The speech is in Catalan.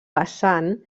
vessant